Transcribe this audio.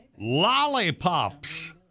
lollipops